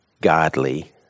godly